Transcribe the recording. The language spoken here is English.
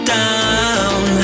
down